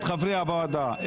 את חברי הוועדה,